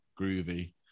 groovy